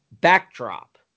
backdrop